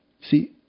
See